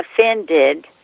offended